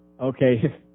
Okay